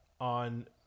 on